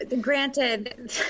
granted